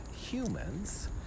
humans